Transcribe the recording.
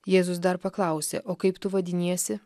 jėzus dar paklausė o kaip tu vadiniesi